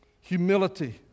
Humility